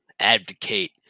Advocate